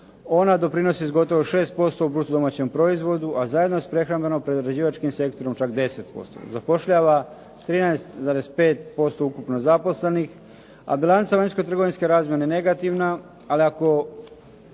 ona doprinosi iz gotovo 6% u bruto domaćem proizvodu a zajedno sa prehrambeno prerađivačkim sektorom čak 10%. Zapošljava 13,5 ukupno zaposlenih a bilanca vanjsko trgovinske razmjene negativna. Ali ako